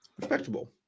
respectable